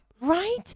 Right